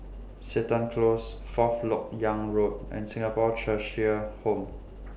Seton Close Fourth Lok Yang Road and Singapore Cheshire Home